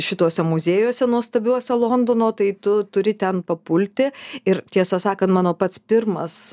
šituose muziejuose nuostabiuose londono tai tu turi ten papulti ir tiesą sakant mano pats pirmas